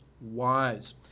wise